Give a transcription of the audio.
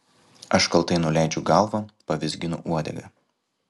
aš kaltai nuleidžiu galvą pavizginu uodegą